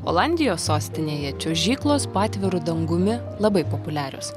olandijos sostinėje čiuožyklos po atviru dangumi labai populiarios